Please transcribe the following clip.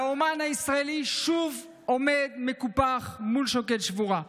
והאומן הישראלי שוב עומד מקופח מול שוקת שבורה.